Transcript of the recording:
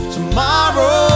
Tomorrow